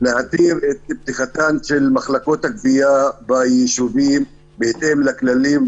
להתיר את פתיחתן של מחלקות הגבייה ביישובים בהתאם לכללים,